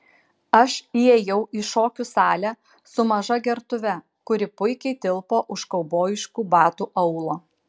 aš įėjau į šokių salę su maža gertuve kuri puikiai tilpo už kaubojiškų batų aulo